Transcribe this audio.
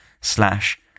slash